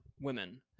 women